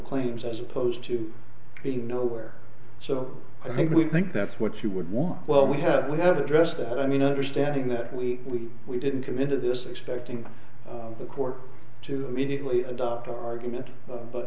claims as opposed to being nowhere so i think we think that's what you would want well we have we have addressed that i mean understanding that we we didn't commit to this expecting the court to mediately adopt our argument but